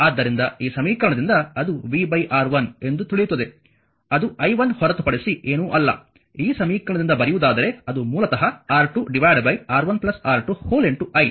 ಆದ್ದರಿಂದ ಈ ಸಮೀಕರಣದಿಂದ ಅದು v R1 ಎಂದು ತಿಳಿಯುತ್ತದೆ ಅದು i1 ಹೊರತುಪಡಿಸಿ ಏನೂ ಅಲ್ಲ ಈ ಸಮೀಕರಣದಿಂದ ಬರೆಯುವುದಾದರೆ ಅದು ಮೂಲತಃ R2 R1 R2 i